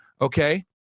okay